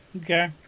Okay